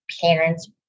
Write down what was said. parents